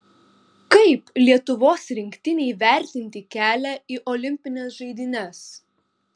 kaip lietuvos rinktinei vertinti kelią į olimpines žaidynes